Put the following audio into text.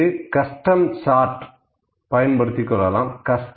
அதற்கு custom chart பயன்படுத்துகிறேன்